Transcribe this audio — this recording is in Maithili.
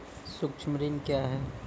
सुक्ष्म ऋण क्या हैं?